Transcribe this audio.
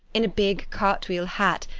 in a big cart-wheel hat,